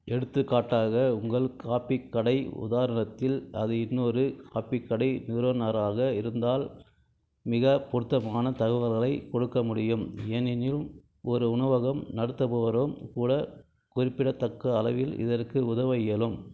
எடுத்துக்காட்டாக உங்கள் காபி கடை உதாரணத்தில் அது இன்னொரு காபி கடை நிறுவனராக இருந்தால் மிக பொருத்தமான தகவல்களை கொடுக்க முடியும் ஏனெனில் ஓர் உணவகம் நடத்துபவரும் கூட குறிப்பிடத்தக்க அளவில் இதற்கு உதவ இயலும்